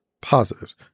positives